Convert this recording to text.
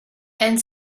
and